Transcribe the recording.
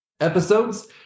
episodes